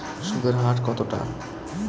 সুদের হার কতটা?